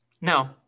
No